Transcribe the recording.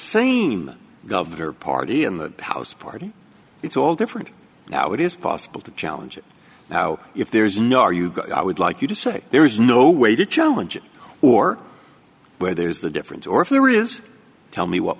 same gov party in the house party it's all different now it is possible to challenge it now if there is no are you i would like you to say there is no way to challenge it or where there is the difference or if there is tell me what